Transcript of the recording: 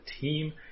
team